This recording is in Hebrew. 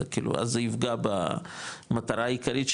זה כאילו אז זה יפגע במטרה העיקרית,